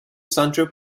sancho